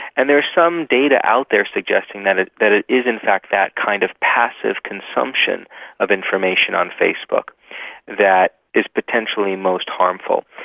and there is some data out there suggesting that it that it is in fact that kind of passive consumption of information on facebook that is potentially most harmful.